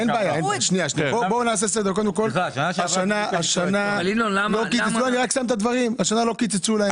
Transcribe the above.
השנה לא קיצצו להם.